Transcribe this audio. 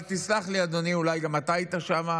תסלח לי, אדוני, אולי גם אתה היית שם.